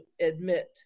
admit